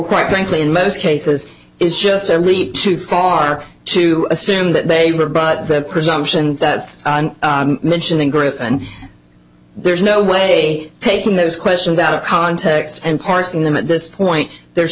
quite frankly in most cases is just a leap too far to assume that they were but the presumption that mentioning griffen there's no way taking those questions out of context and parsing them at this point there's